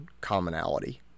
commonality